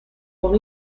con